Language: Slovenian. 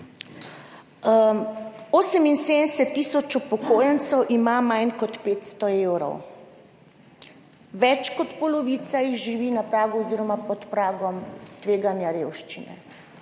78 tisoč upokojencev ima manj kot 500 evrov. Več kot polovica jih živi na pragu oziroma pod pragom tveganja revščine.